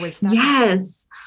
Yes